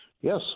Yes